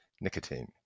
nicotine